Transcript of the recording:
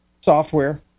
software